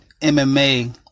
MMA